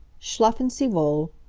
schlafen sie wohl.